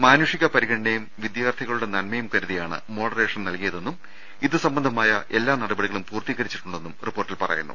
മാനുഷിക പരിഗ ണനയും വിദ്യാർത്ഥികളുടെ നന്മയും കരുതിയാണ് മോഡറേഷൻ നൽകി യതെന്നും ഇതുസംബന്ധമായ എല്ലാ നടപടികളും പൂർത്തീകരിച്ചിട്ടുണ്ടെന്നും റിപ്പോർട്ടിൽ പറയുന്നു